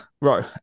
Right